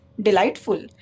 delightful